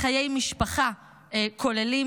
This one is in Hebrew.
לחיי משפחה כוללים,